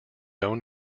own